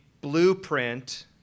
blueprint